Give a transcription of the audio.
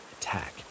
attack